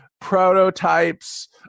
prototypes